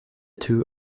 two